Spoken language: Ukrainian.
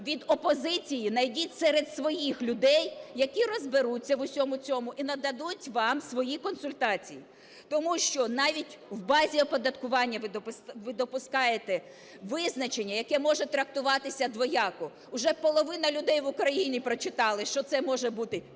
від опозиції, знайдіть серед своїх людей, які розберуться в усьому цьому і нададуть вам свої консультації, тому що навіть у базі оподаткування ви допускаєте визначення, яке може трактуватися двояко. Уже половина людей в Україні прочитали, що це може бути